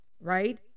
right